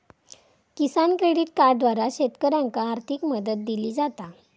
किसान credit कार्डद्वारा शेतकऱ्यांनाका आर्थिक मदत दिली जाता